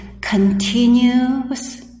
continues